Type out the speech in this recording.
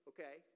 Okay